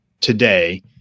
today